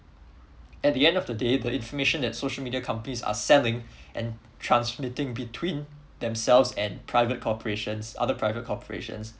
at the end of the day the information that social media companies are selling and transmitting between themselves and private corporations other private corporations